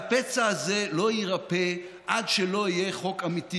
והפצע הזה לא יירפא עד שלא יהיה חוק אמיתי,